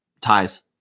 ties